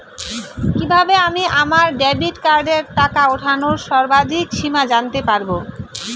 কিভাবে আমি আমার ডেবিট কার্ডের টাকা ওঠানোর সর্বাধিক সীমা জানতে পারব?